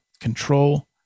control